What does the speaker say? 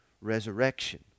resurrection